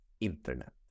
internet